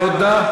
תודה.